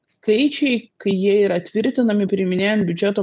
skaičiai kai jie yra tvirtinami priiminėjant biudžeto